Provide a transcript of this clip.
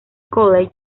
college